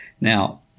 Now